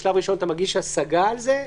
בשלב ראשון אתה מגיש השגה על זה,